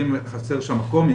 חסר שם מקום,